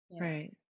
right